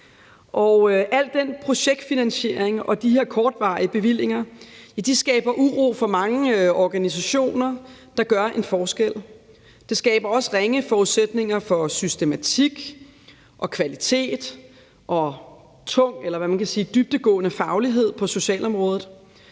Al den projektfinansiering og de her kortvarige bevillinger skaber uro for mange organisationer, der gør en forskel. Det skaber også ringe forudsætninger for systematik og kvalitet og dybdegående faglighed på socialområdet.